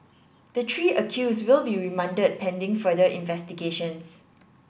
the three accused will be remanded pending further investigations